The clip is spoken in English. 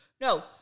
No